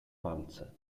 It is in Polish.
palce